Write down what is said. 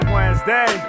Wednesday